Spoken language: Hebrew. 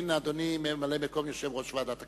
אדוני ממלא-מקום יושב-ראש ועדת הכנסת.